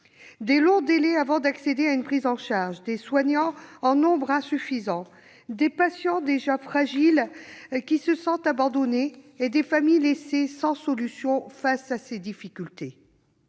De longs délais avant d'accéder à une prise en charge, des soignants en nombre insuffisant, des patients déjà fragiles qui se sentent abandonnés et des familles laissées sans solution face à ces difficultés.